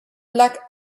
luck